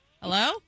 Hello